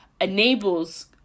enables